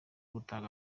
gutanga